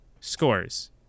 scores